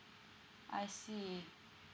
I see